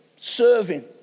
serving